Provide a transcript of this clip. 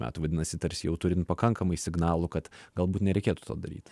metų vadinasi tarsi jau turint pakankamai signalų kad galbūt nereikėtų to daryti